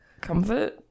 comfort